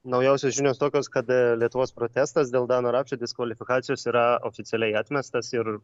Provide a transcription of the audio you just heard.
naujausios žinios tokios kad lietuvos protestas dėl dano rapšio diskvalifikacijos yra oficialiai atmestas ir